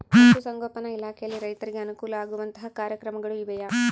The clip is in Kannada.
ಪಶುಸಂಗೋಪನಾ ಇಲಾಖೆಯಲ್ಲಿ ರೈತರಿಗೆ ಅನುಕೂಲ ಆಗುವಂತಹ ಕಾರ್ಯಕ್ರಮಗಳು ಇವೆಯಾ?